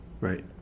Right